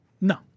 No